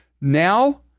Now